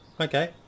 okay